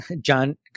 John